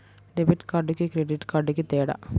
Debit కార్డుకి credit కార్డుకి తేడా?